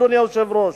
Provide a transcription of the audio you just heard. אדוני היושב-ראש.